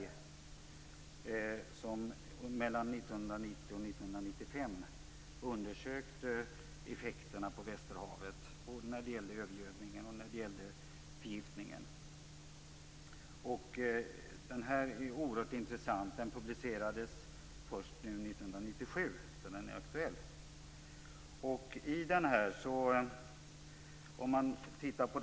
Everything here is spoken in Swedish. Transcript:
Den undersökte mellan 1990 och 1995 effekterna på Västerhavet både när det gällde övergödningen och när det gällde förgiftningen. Dess rapport, som publicerades först 1997 och alltså är aktuell, är oerhört intressant.